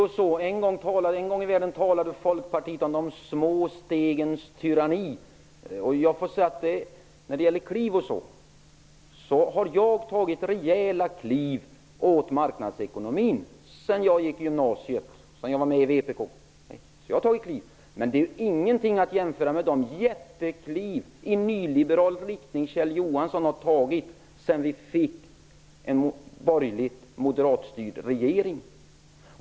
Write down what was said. Herr talman! En gång i tiden talade Folkpartiet om de små stegens tyranni. Jag har tagit rejäla kliv mot marknadsekonomin sedan jag gick i gymnasiet och var med i VPK. Jag har tagit kliv, men de går inte att jämföra med de jättekliv i nyliberal riktning som Kjell Johansson har tagit sedan vi fick en moderatstyrd regering.